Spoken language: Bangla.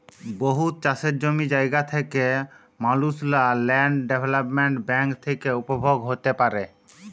বহুত চাষের জমি জায়গা থ্যাকা মালুসলা ল্যান্ড ডেভেলপ্মেল্ট ব্যাংক থ্যাকে উপভোগ হ্যতে পারে